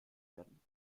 werden